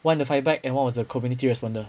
one to fight back and one was the community responder